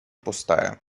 пустая